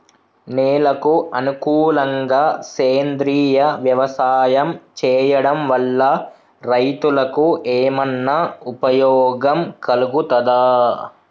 నేలకు అనుకూలంగా సేంద్రీయ వ్యవసాయం చేయడం వల్ల రైతులకు ఏమన్నా ఉపయోగం కలుగుతదా?